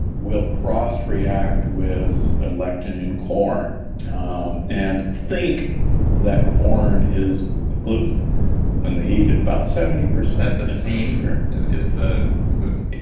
will cross react with a lectin in corn and think that corn is gluten when they eat it about seventy percent the zein and is the the gluten?